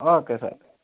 okay sir